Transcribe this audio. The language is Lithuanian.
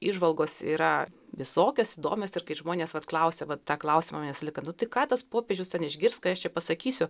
įžvalgos yra visokios įdomios ir kai žmonės vat klausia va tą klausimą manęs vis laiką nu tai ką tas popiežius neišgirs ką aš pasakysiu